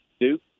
Duke